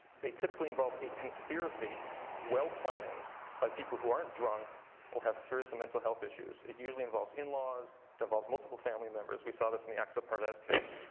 they typically involve a conspiracy well planned by people who aren't drunk or have serious mental health issues. it usually involves in-laws. it involves multiple family members. we saw this in the aqsa parvez case.